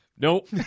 Nope